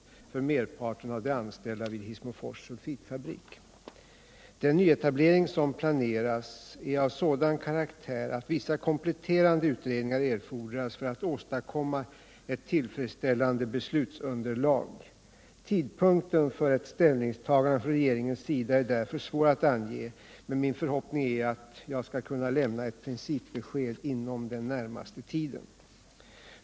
Den nyetablering som planeras är av sådan karaktär att vissa kompletterande utredningar erfordras för att åstadkomma ett tillfredsställande beslutsunderlag. Tidpunkten för ett ställningstagande från regeringens sida är därför svår att ange, men min förhoppning är att jag skall kunna lämna ett principbesked inom den närmaste tiden.